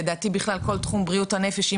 לדעתי, בכלל כל תחום בריאות הנפש זה